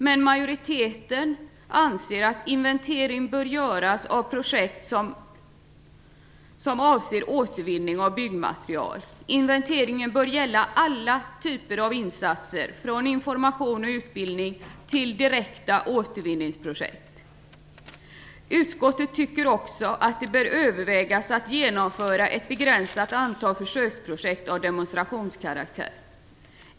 Men majoriteten anser att inventering bör göras av projekt som avser återvinning av byggmaterial. Inventeringen bör gälla alla typer av insatser, från information och utbildning till direkta återvinningsprojekt. Utskottet tycker också att det bör övervägas om man skall genomföra ett begränsat antal försöksprojekt av demonstrationskaraktär.